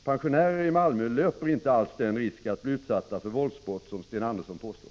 Pensionärer i Malmö löper inte alls den risk att bli utsatta för våldsbrott som Sten Andersson påstår.